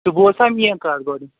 ژٕ بوٗز سا میٛٲنۍ کَتھ گۄڈٕ